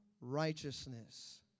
righteousness